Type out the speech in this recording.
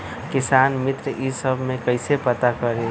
किसान मित्र ई सब मे कईसे पता करी?